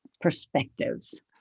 perspectives